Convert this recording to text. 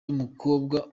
n’umukobwa